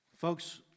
Folks